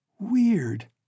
weird